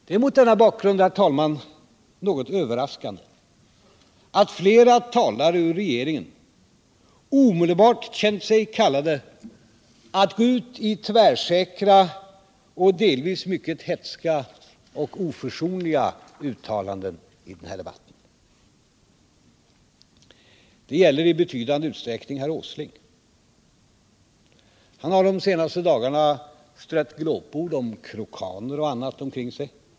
Det är mot denna bakgrund, herr talman, något överraskande att flera talare ur regeringen omedelbart känt sig kallade att gå ut i tvärsäkra och delvis mycket hätska och oförsonliga uttalanden i denna debatt. Det gäller i betydande utsträckning herr Åsling. Han har de senaste dagarna strött glåpord om krokaner och annat omkring sig.